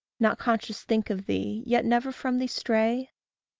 not conscious think of thee, yet never from thee stray?